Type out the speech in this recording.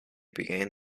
began